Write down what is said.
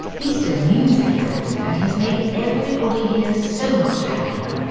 he's still new to the island, and he's made everybody here so much happier!